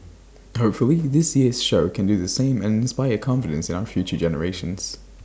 hopefully this year's show can do the same and inspire confidence in our future generations